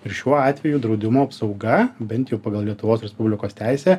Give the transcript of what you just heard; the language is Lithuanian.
ir šiuo atveju draudimo apsauga bent jau pagal lietuvos respublikos teisę